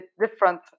different